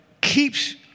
keeps